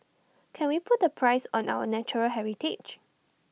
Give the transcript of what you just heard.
can we put A price on our natural heritage